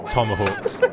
Tomahawks